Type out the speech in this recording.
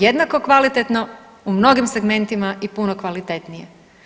Jednako kvalitetno, u mnogim segmentima i puno kvalitetnije.